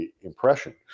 impression